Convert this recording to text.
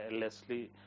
Leslie